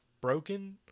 broken